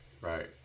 Right